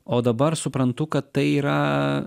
o dabar suprantu kad tai yra